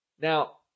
Now